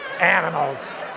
animals